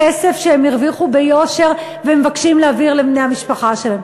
כסף שהם הרוויחו ביושר והם מבקשים להעביר לבני-המשפחה שלהם